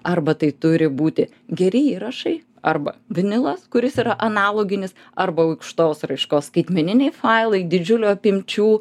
arba tai turi būti geri įrašai arba vinilas kuris yra analoginis arba aukštos raiškos skaitmeniniai failai didžiulių apimčių